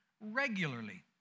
regularly